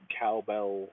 cowbell